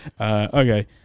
Okay